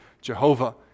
Jehovah